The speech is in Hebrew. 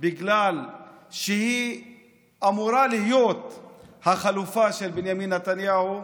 בגלל שהיא אמורה להיות החלופה של בנימין נתניהו,